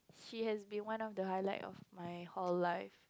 she has been one of the highlight of my hall life